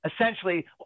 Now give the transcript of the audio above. essentially